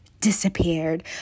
disappeared